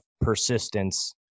persistence